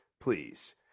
please